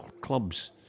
Clubs